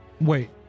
Wait